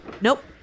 Nope